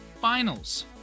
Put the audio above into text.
finals